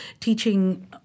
teaching